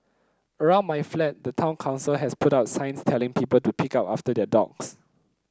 around my flat the town council has put up signs telling people to pick up after their dogs